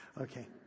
Okay